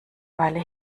weile